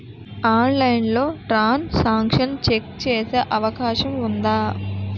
ఆన్లైన్లో transaction check చేసే అవకాశం ఉందా?